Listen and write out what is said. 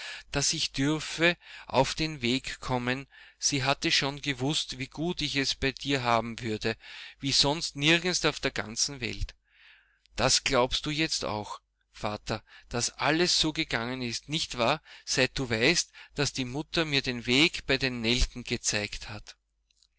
daß ich dürfe auf den weg kommen sie hat schon gewußt wie gut ich es bei dir haben würde wie sonst nirgends auf der ganzen welt das glaubst du jetzt auch vater daß alles so gegangen ist nicht wahr seit du weißt daß die mutter mir den weg bei den nelken gezeigt hat